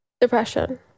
Depression